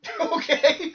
Okay